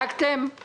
בדקתם את זה?